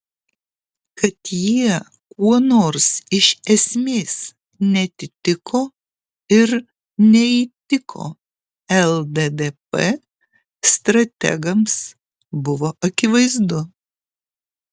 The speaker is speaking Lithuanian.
kad jie kuo nors iš esmės neatitiko ir neįtiko lddp strategams buvo akivaizdu